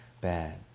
bad